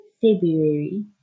February